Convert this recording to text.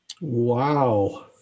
Wow